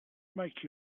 make